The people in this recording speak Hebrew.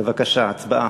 בבקשה, הצבעה.